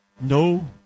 No